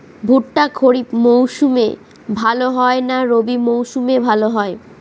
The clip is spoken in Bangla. ভুট্টা খরিফ মৌসুমে ভাল হয় না রবি মৌসুমে ভাল হয়?